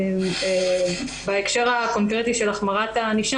גם בהקשר הקונקרטי של החמרת הענישה